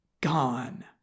gone